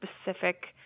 specific